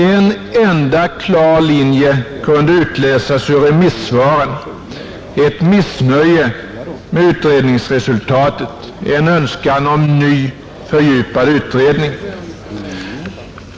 En enda klar linje kunde utläsas ur remissvaren, ett missnöje med utredningsresultatet, en önskan om ny fördjupad utredning.